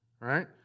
right